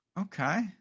Okay